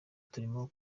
turimo